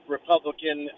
Republican